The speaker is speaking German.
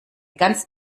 ganz